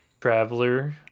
Traveler